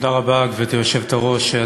תודה רבה, גברתי היושבת-ראש.